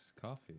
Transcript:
coffee